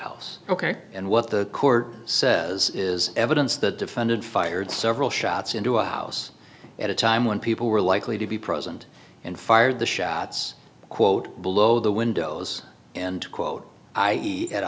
house ok and what the court says is evidence that defendant fired several shots into a house at a time when people were likely to be present and fired the shots quote below the windows and quote i had a